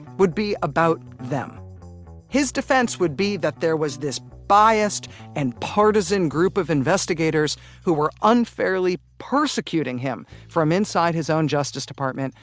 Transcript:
would be about them his defense would be that there was this biased and partisan group of investigators who were unfairly persecuting him from inside his own justice department.